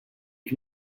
can